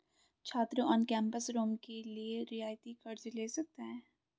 छात्र on campus room के लिए रियायती कर्ज़ ले सकता है